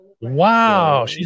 Wow